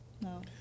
No